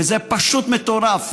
וזה פשוט מטורף,